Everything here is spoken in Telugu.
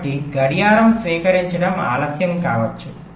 కాబట్టి గడియారం స్వీకరించడం ఆలస్యం కావచ్చు